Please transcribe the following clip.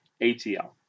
ATL